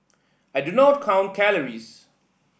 I do not count calories